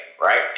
right